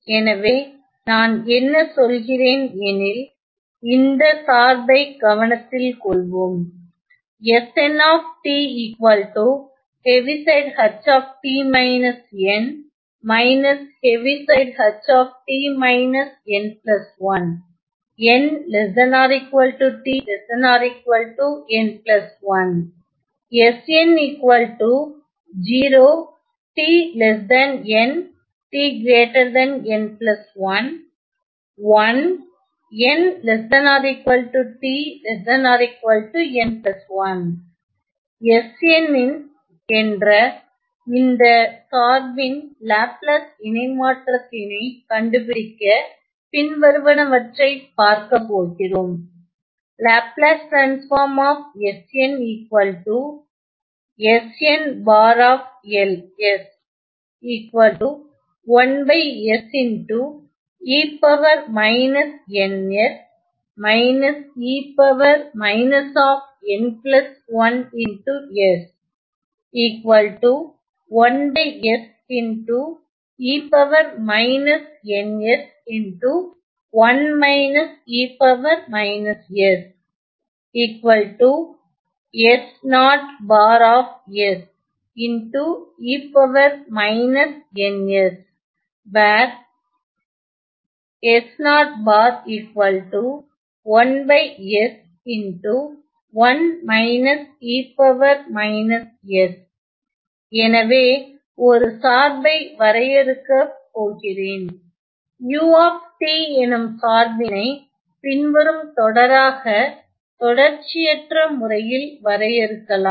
எனவேநான் என்ன சொல்கிறேன் எனில் இந்த சார்பை கவனத்தில் கொள்வோம் Sn ன் என்ற இந்த சார்பின் லாப்லாஸ் இணைமாற்றத்தினை கண்டுபிடிக்க பின்வருவனவற்றை பார்க்க போகிறோம் எனவே ஒரு சார்பை வரையறுக்க போகிறேன் u எனும் சார்பினை பின்வரும் தொடராக தொடர்ச்சியற்ற முறையில் வரையறுக்கலாம்